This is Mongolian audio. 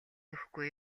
өгөхгүй